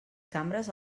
cambres